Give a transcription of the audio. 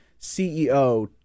CEO